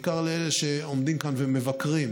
בעיקר לאלה שעומדים כאן ומבקרים.